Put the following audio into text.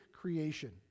creation